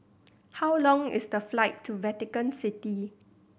how long is the flight to Vatican City